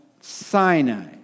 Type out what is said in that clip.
Sinai